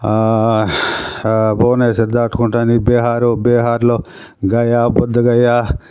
భువనేశ్వర్ దాటుకుంటాని బీహార్ బీహార్లో గయా బుద్ధ గయా